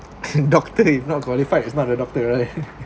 doctor if not qualified is not a doctor right